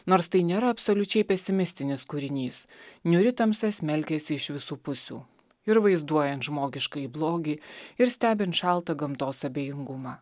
nors tai nėra absoliučiai pesimistinis kūrinys niūri tamsa smelkėsi iš visų pusių ir vaizduojant žmogiškąjį blogį ir stebint šaltą gamtos abejingumą